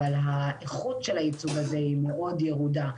אבל האיכות של הייצוג הזה היא מאוד ירודה.